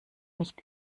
nicht